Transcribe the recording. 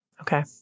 Okay